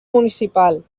municipal